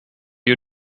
you